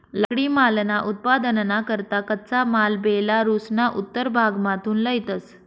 लाकडीमालना उत्पादनना करता कच्चा माल बेलारुसना उत्तर भागमाथून लयतंस